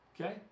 Okay